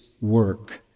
work